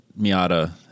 Miata